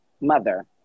mother